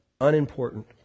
unimportant